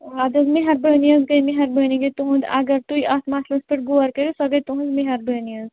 اَدٕ حظ مہربٲنی حظ گٔے مہربٲنی گٔے تُہُنٛد اَگر تُہۍ اَتھ مَسلَس پٮ۪ٹھ غور کٔرِو سۄ گٔے تُہٕنٛز مہربٲنی حظ